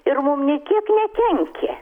ir mum nė kiek nekenkia